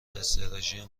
استراتژی